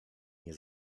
nie